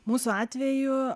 mūsų atveju